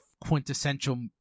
quintessential